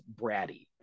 bratty